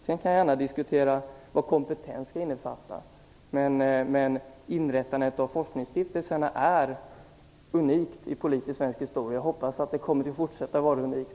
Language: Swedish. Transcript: Jag kan gärna diskutera vad kompetens skall innefatta, men inrättandet av forskningsstiftelserna är unikt i svensk politisk historia. Jag hoppas att det kommer att fortsätta att vara unikt.